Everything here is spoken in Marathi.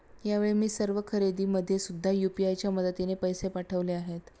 यावेळी मी सर्व खरेदीमध्ये सुद्धा यू.पी.आय च्या मदतीने पैसे पाठवले आहेत